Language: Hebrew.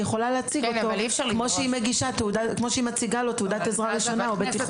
היא יכולה להציג אותו כמו שהיא מציגה לו תעודת עזרה ראשונה או בטיחות.